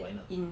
why not